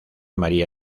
maría